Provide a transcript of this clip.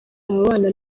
ababana